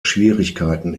schwierigkeiten